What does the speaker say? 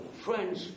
French